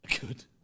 Good